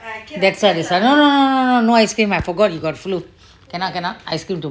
that's why that's why no ice cream I forgot you got flu cannot cannot ice cream